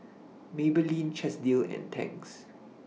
Maybelline Chesdale and Tangs